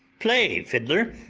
play, fiddler,